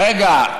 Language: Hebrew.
רגע,